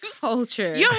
culture